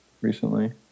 recently